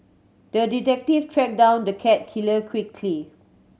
the detective tracked down the cat killer quickly